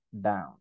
down